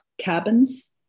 cabins